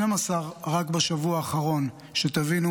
12 רק בשבוע האחרון, שתבינו